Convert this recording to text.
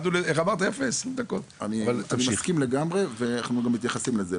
אני מסכים לגמרי ואנחנו גם מתייחסים לזה,